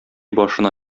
башына